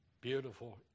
beautiful